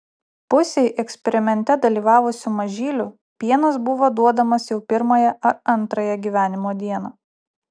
pusei eksperimente dalyvavusių mažylių pienas buvo duodamas jau pirmąją ar antrąją gyvenimo dieną